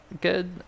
good